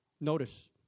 Notice